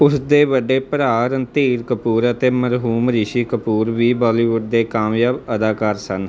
ਉਸ ਦੇ ਵੱਡੇ ਭਰਾ ਰਣਧੀਰ ਕਪੂਰ ਅਤੇ ਮਰਹੂਮ ਰਿਸ਼ੀ ਕਪੂਰ ਵੀ ਬਾਲੀਵੁੱਡ ਦੇ ਕਾਮਯਾਬ ਅਦਾਕਾਰ ਸਨ